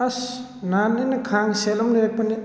ꯑꯁ ꯅꯍꯥꯟ ꯅꯪꯅ ꯈꯥꯡ ꯁꯦꯠ ꯑꯃ ꯂꯩꯔꯛꯄꯅꯤ